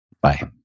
bye